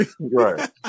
Right